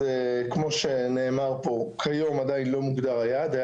אז כמו שנאמר פה, כיום עדיין לא מוגדר היעד.